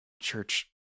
church